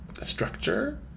structure